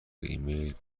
ایمیل